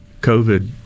COVID